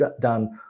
done